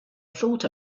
thought